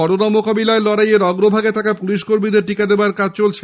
corona মোকাবিলায় লড়াই এর অগ্রভাগে থাকা পুলিশ কর্মীদের টিকা দেবার কাজ চলছে